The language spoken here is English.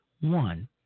one